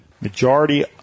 majority